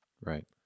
Right